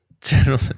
General